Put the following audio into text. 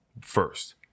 first